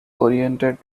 oriented